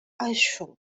ashore